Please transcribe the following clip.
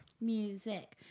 Music